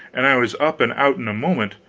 and i was up and out in a moment.